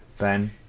Ben